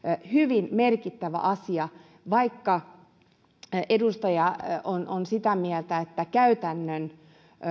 hyvin merkittävä asia vaikka edustaja on on sitä mieltä että käytännön